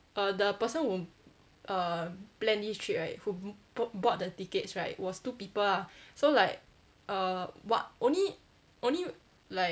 err the person who err plan this trip right who bought the tickets right was two people ah so like err what only only like